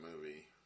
movie